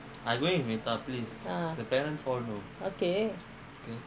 ah okay